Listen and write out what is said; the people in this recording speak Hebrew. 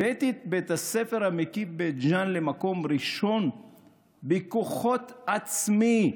הבאתי את בית הספר המקיף בית ג'ן למקום ראשון בכוחות עצמי,